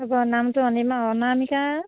হ'ব নামটো অনিমা অনামিকা